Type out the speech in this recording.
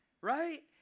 Right